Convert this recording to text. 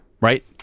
Right